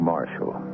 Marshall